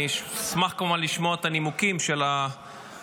אני אשמח כמובן לשמוע את הנימוקים של ההחלטה,